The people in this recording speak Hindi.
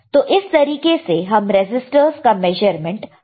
तो इस तरीके से हम रेसिस्टर्स का मेज़रमेंट कर सकते हैं